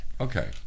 Okay